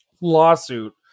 lawsuit